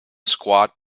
squat